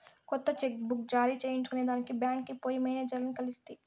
కొత్త cheque book జారీ చేయించుకొనేదానికి బాంక్కి పోయి మేనేజర్లని కలిస్తి